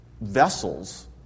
vessels